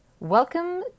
Welcome